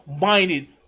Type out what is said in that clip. minded